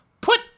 Put